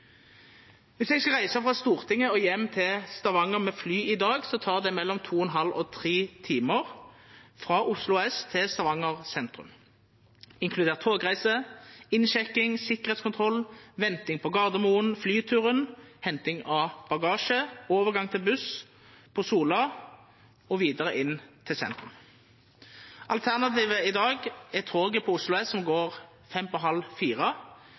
i dag, tek det mellom to og ein halv og tre timar frå Oslo S til Stavanger sentrum, inkludert togreise, innsjekking, sikkerheitskontroll, venting på Gardermoen, flyturen, henting av bagasje, overgang til buss på Sola og vidare inn til sentrum. Alternativet i dag er toget som går frå Oslo S kl. 15.25 og